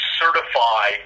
certify